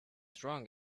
drunk